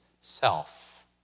self